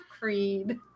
Creed